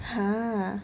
ha